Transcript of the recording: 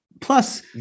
plus